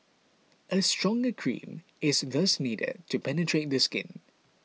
a stronger cream is thus needed to penetrate the skin